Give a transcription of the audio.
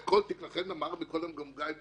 לכן אמר קודם גם גיא,